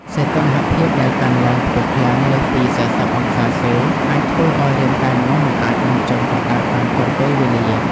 សីតុណ្ហភាពដែលកើនឡើងខ្ពស់ខ្លាំងលើសពី ៤០ អង្សាសេ អាចធ្វើឱ្យរាងកាយមនុស្សមិនអាចបញ្ចេញកម្ដៅបានទាន់ពេលវេលា។